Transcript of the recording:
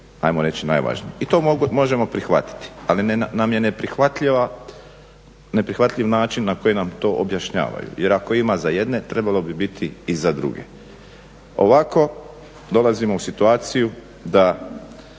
ajmo reći najvažnije. I to možemo prihvatiti. Ali nam je neprihvatljiv način na koji nam to objašnjavaju. Jer ako ima za jedne trebalo bi biti i za druge. Ovako dolazimo u situaciju da